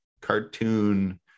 cartoon